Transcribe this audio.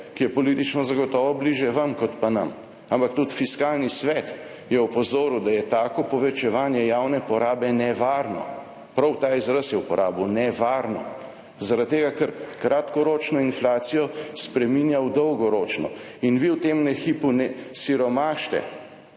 ki je politično zagotovo bližje vam kot pa nam. Ampak tudi Fiskalni svet je opozoril, da je tako povečevanje javne porabe nevarno. Prav ta izraz je uporabil »nevarno«. Zaradi tega, ker kratkoročno inflacijo spreminja v dolgoročno. In vi v tem hipu ne siromašite,